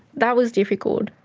that was difficult.